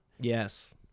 Yes